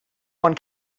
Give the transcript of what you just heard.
one